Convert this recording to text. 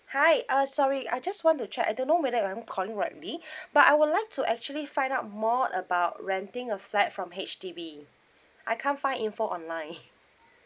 hi uh sorry I just want to check I don't know whether am I calling rightly but I would like to actually find out more about renting a flat from H_D_B I can't find info online